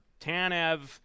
Tanev